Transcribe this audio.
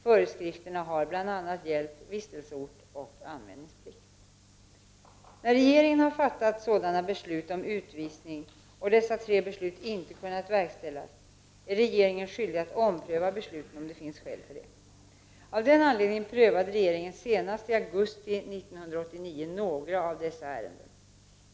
Föreskrifterna har bl.a. gällt vistelseort och anmälningsplikt. När regeringen har fattat sådana beslut om utvisning och dessa tre beslut inte har kunnat verkställas, är regeringen skyldig att ompröva besluten om det finns skäl för detta. Av denna anledning prövade regeringen senast i augusti 1989 några av dessa ärenden.